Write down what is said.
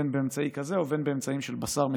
בין באמצעי כזה ובין באמצעים של בשר מצונן,